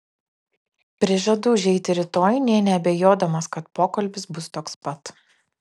prižadu užeiti rytoj nė neabejodamas kad pokalbis bus toks pat